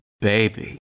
baby